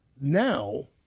Now